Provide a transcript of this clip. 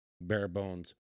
bare-bones